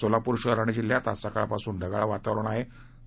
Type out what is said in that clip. सोलापूर शहर आणि जिल्ह्यात आज सकाळ पासुनच ढगाळ वातावरण होते